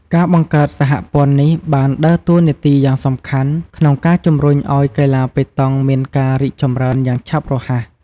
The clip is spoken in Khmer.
ការបង្កើតសហព័ន្ធនេះបានដើរតួនាទីយ៉ាងសំខាន់ក្នុងការជំរុញឱ្យកីឡាប៉េតង់មានការរីកចម្រើនយ៉ាងឆាប់រហ័ស។